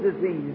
disease